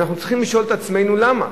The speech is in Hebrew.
אנחנו צריכים לשאול את עצמנו למה,